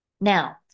Now